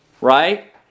right